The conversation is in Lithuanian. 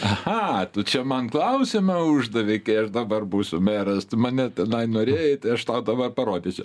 aha tu čia man klausimą uždavei kai aš dabar būsiu meras mane tenai norėjai tai aš tau dabar parodysiu